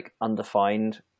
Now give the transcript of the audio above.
undefined